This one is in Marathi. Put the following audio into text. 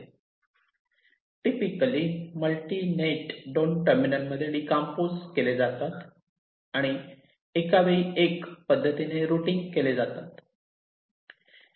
typically multi terminal net 2 terminal net मध्ये डीकंपोज केले जातात आणि एका वेळी एक पद्धतीने रुटींग केले जातात